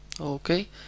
Okay